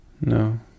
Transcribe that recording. No